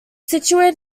situated